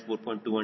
346 Cm 0